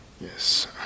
Yes